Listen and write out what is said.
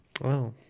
wow